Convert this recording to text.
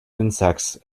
insects